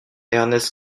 ernest